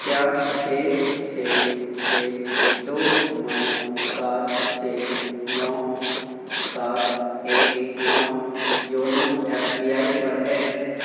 کیا چھ چھ چھ دو نو سات چھ نو سات ایک نو یونو ایس بی آئی پر ہے